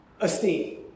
esteem